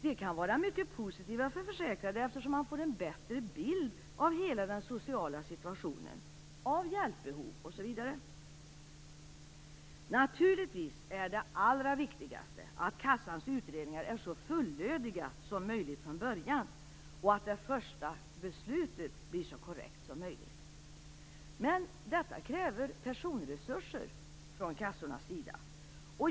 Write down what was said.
De kan vara mycket positiva för de försäkrade, eftersom man får en bättre bild av hela den sociala situationen, av hjälpbehov, osv. Naturligtvis är det allra viktigaste att kassans utredningar är så fullödiga som möjligt från början och att det första beslutet blir så korrekt som möjligt. Men detta kräver personresurser från kassornas sida.